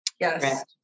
Yes